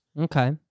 Okay